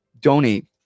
donate